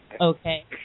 Okay